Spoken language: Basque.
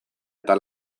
eta